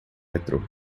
metrô